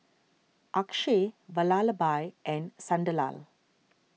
Akshay Vallabhbhai and Sunderlal